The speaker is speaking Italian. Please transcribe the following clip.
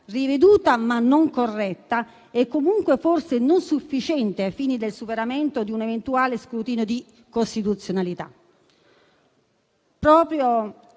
riveduta, ma non corretta, e comunque forse non sufficiente ai fini del superamento di un eventuale scrutinio di costituzionalità, proprio